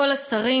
כל השרים,